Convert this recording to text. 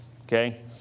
Okay